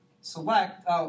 select